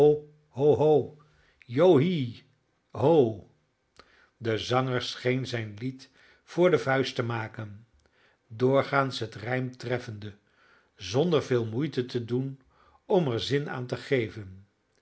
de zanger scheen zijn lied voor de vuist te maken doorgaans het rijm treffende zonder veel moeite te doen om er zin aan te geven